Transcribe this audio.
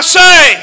say